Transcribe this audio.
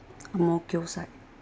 Ang-Mo-Kio side